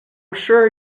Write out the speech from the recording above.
sure